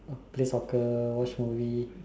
play soccer watch movie